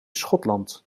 schotland